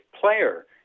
player